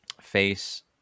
face